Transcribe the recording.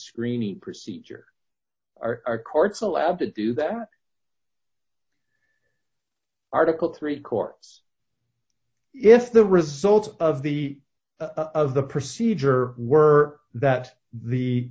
screening procedure are courts allowed to do that article three courts if the results of the of the procedure were that the